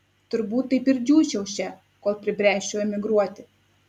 turbūt taip ir džiūčiau čia kol pribręsčiau emigruoti